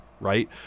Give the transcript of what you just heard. right